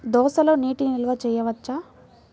దోసలో నీటి నిల్వ చేయవచ్చా?